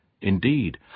Indeed